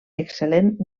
excel·lent